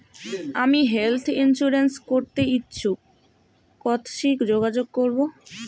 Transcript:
আমি health insurance করতে ইচ্ছুক কথসি যোগাযোগ করবো?